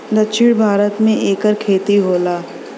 दक्षिण भारत मे एकर खेती होला